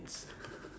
ya